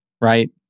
right